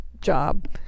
job